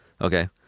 Okay